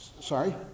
Sorry